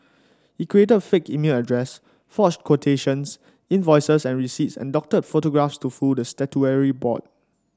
he created fake email addresses forged quotations invoices and receipts and doctored photographs to fool the statutory board